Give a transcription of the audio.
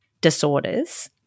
disorders